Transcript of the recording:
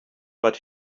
but